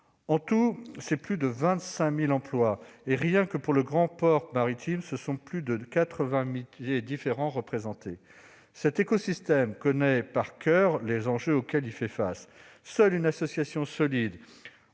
En tout, cela représente plus de 25 000 emplois, et, rien que pour le grand port maritime, plus de 80 métiers différents. Cet écosystème connaît par coeur les enjeux auxquels il fait face. Seule une association solide